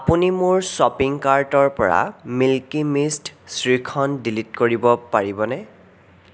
আপুনি মোৰ শ্বপিং কাৰ্টৰ পৰা মিল্কি মিষ্ট শ্ৰীখণ্ড ডিলিট কৰিব পাৰিবনে